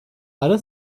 ara